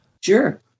Sure